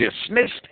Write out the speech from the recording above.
dismissed